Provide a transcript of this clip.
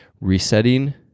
resetting